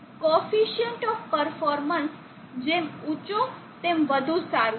coefficient of performance જેમ ઊચો તેમ વધુ સારું છે